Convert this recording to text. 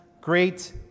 great